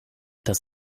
das